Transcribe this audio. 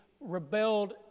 rebelled